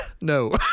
No